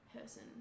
person